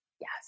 Yes